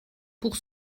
pour